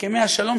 הסכמי השלום,